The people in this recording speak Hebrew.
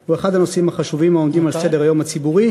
הוא אחד הנושאים החשובים העומדים על סדר-היום הציבורי,